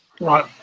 Right